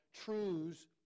truths